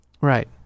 Right